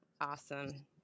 Awesome